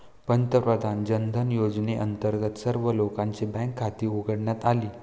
पंतप्रधान जनधन योजनेअंतर्गत सर्व लोकांची बँक खाती उघडण्यात आली